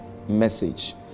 Message